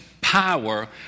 power